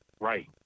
right